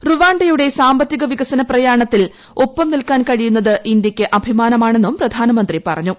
റുവാണ്ടയുടെ സാമ്പത്തിക വ്വിക്സന് പ്രയാണത്തിൽ ഒപ്പം നിൽക്കാൻ കഴിയുന്നത് ഇന്ത്യയ്ക്ക് അഭിമാനമാണെന്നും പ്രധാനമന്ത്രി പറഞ്ഞു